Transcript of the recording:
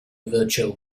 virtual